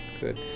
Good